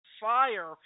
fire